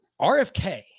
RFK